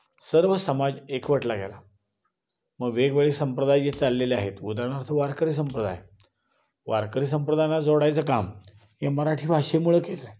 सर्व समाज एकवटला गेला मग वेगवेगळे संप्रदाय जे चाललेले आहेत उदारणार्थ वारकरी संप्रदाय आहे वारकरी संप्रदायाना जोडायचं काम हे मराठी भाषेमुळं केलेलं आहे